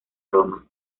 roma